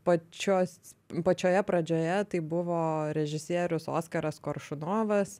pačios pačioje pradžioje tai buvo režisierius oskaras koršunovas